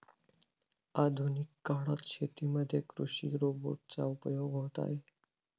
आधुनिक काळात शेतीमध्ये कृषि रोबोट चा उपयोग होत आहे